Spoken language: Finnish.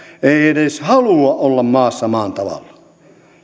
ei ei edes halua olla maassa maan tavalla